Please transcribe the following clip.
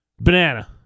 Banana